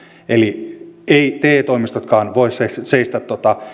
eli eivät te toimistotkaan voi seistä